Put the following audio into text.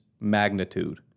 magnitude